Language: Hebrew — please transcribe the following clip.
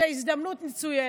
זאת הזדמנות מצוינת.